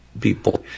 people